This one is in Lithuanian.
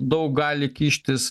daug gali kištis